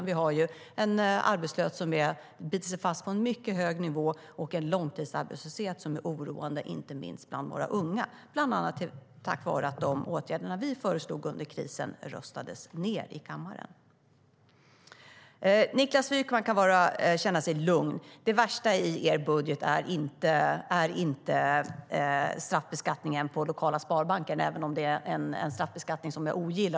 Vi har en arbetslöshet som biter sig fast på en mycket hög nivå och en långtidsarbetslöshet som är oroande, inte minst bland våra unga, bland annat på grund av att de åtgärder vi föreslog under krisen röstades ned i kammaren. Niklas Wykman kan känna sig lugn. Det värsta i er budget är inte straffbeskattningen på lokala sparbanker, även om det är en straffbeskattning som jag ogillar.